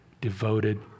devoted